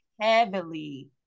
heavily